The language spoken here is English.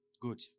Good